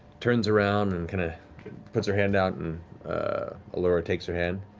turns around and kind of puts her hand out, and allura takes her hand.